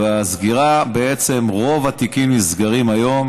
ובעצם רוב התיקים נסגרים היום